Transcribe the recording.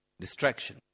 distraction